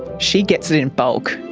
she gets it in bulk.